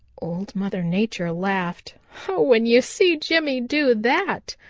old mother nature laughed. when you see jimmy do that,